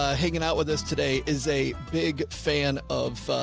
ah hanging out with us today is a big fan of, ah,